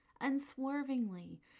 unswervingly